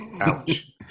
Ouch